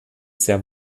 sehr